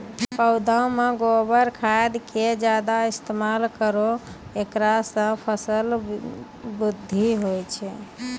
पौधा मे गोबर खाद के ज्यादा इस्तेमाल करौ ऐकरा से फसल बृद्धि होय छै?